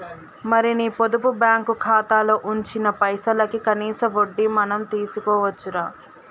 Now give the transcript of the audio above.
మరి నీ పొదుపు బ్యాంకు ఖాతాలో ఉంచిన పైసలకి కనీస వడ్డీ మనం తీసుకోవచ్చు రా